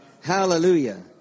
hallelujah